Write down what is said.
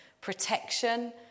protection